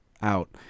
out